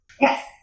yes